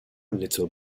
little